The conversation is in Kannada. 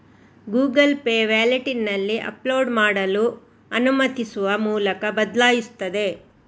ಗೂಗಲ್ ಪೇ ವ್ಯಾಲೆಟಿನಲ್ಲಿ ಅಪ್ಲೋಡ್ ಮಾಡಲು ಅನುಮತಿಸುವ ಮೂಲಕ ಬದಲಾಯಿಸುತ್ತದೆ